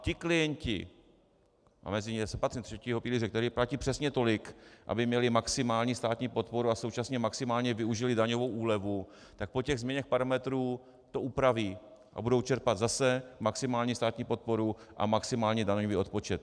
Ti klienti já mezi ně patřím třetího pilíře, kteří platí přesně tolik, aby měli maximální státní podporu a současně maximálně využili daňovou úlevu, tak po změně parametrů to upraví a budou čerpat zase maximální státní podporu a maximální daňový odpočet.